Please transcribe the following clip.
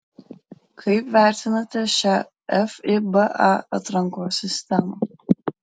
kaip vertinate šią fiba atrankos sistemą